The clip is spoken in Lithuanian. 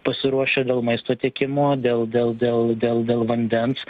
pasiruošę dėl maisto tiekimo dėl dėl dėl dėl dėl vandens